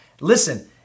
Listen